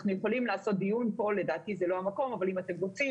אנחנו יכולים לעשות דיון כאן לדעתי זה לא המקום אבל אם אתם רוצים